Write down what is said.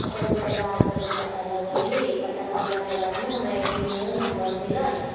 ओकर रिश्तेदार सबसँ पता लगेली पता लगेलाके बादमे हमरा एकदिन एगो नम्बर मिलल